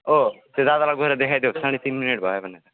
ओ त्यो दादालाई गएर देखाइदेऊ साढे तिन मिनट भयो भने